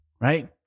right